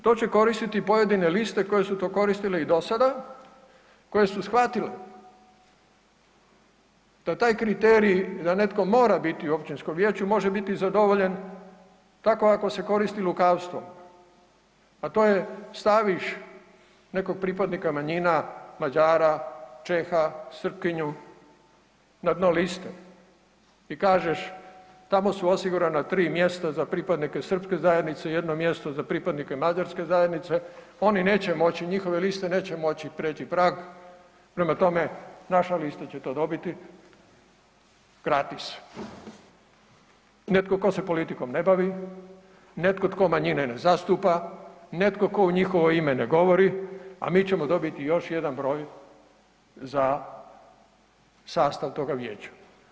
To će koristiti pojedine liste koje su to koristile i do sada koje su shvatile da taj kriterij i da netko mora biti u općinskom vijeću može biti zadovoljen tako ako se koristi lukavstvom, a to je staviš nekog pripadnika manjina Mađara, Čeha, Srpkinju na dno liste i kažeš tamo su osigurana tri mjesta za pripadnike srpske zajednice, jedno mjesto za pripadnike mađarske zajednice oni neće moći, njihove liste neće moći prijeći prag prema tome naša lista će to dobiti gratis, netko tko se politikom ne bavi, netko tko manjine ne zastupa, netko tko u njihovo ime ne govori, a mi ćemo dobiti još jedan broj za sastav toga vijeća.